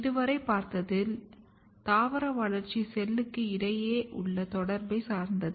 இதுவரை பார்த்ததில் இருந்து தாவர வளர்ச்சி செல்களுக்கு இடையே உள்ள தொடர்பை சார்ந்துள்ளது